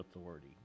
Authority